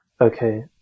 okay